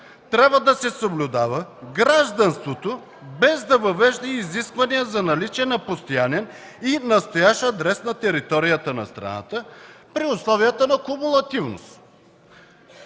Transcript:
трябва да се съблюдава гражданството, без да въвежда изисквания за наличие на постоянен и настоящ адрес на територията на страната при условията на комулативност”.